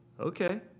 okay